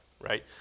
right